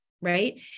right